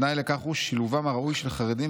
תנאי לכך הוא שילובם הראוי של חרדים